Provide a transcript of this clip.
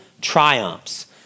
triumphs